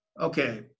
okay